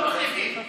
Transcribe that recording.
לא מחליפים.